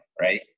right